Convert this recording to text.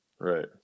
Right